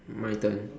my turn